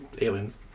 aliens